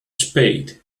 spade